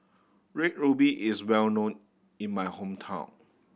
Red Ruby is well known in my hometown